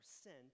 sent